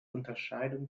unterscheidung